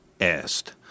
asked